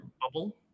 bubble